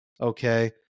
okay